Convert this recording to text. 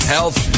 Health